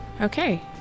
Okay